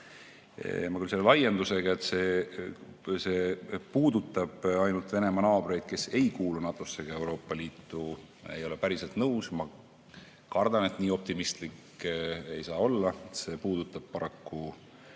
Ma küll selle laiendusega, et see puudutab ainult Venemaa naabreid, kes ei kuulu NATO-sse ega Euroopa Liitu, ei ole päriselt nõus. Ma kardan, et nii optimistlik ei saa olla. See puudutab paraku